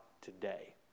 today